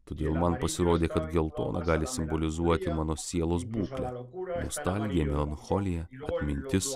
todėl man pasirodė kad geltona gali simbolizuoti mano sielos būklę nostalgija melancholija atmintis